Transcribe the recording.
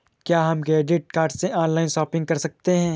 क्या हम credit card से ऑनलाइन शॉपिंग कर सकते हैं?